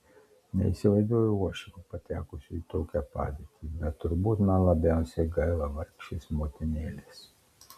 neįsivaizduoju uošvio patekusio į tokią padėtį bet turbūt man labiausiai gaila vargšės motinėlės